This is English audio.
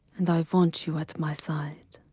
and i want you at my side,